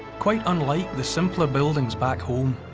quite unlike the simpler buildings back home.